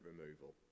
removal